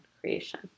creation